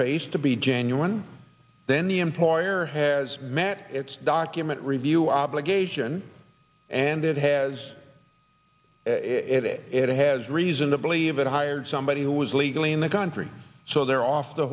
face to be genuine then the employer has met it's document review obligation and it has it has reason to believe it hired somebody who was illegally in the country so they're off the